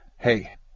Hey